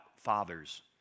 fathers